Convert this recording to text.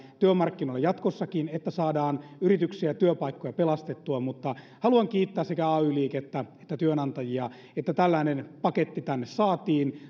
työmarkkinoilla jatkossakin niin että saadaan yrityksiä ja työpaikkoja pelastettua mutta haluan kiittää sekä ay liikettä että työnantajia että tällainen paketti tänne saatiin